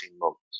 months